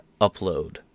upload